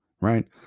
right